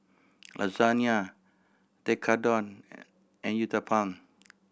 Lasagna Tekkadon and Uthapam